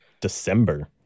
December